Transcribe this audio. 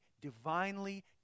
divinely